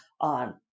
on